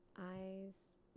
eyes